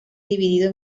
dividido